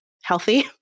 healthy